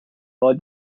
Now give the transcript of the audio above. war